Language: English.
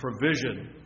provision